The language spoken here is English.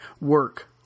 work